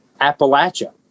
Appalachia